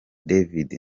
david